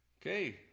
Okay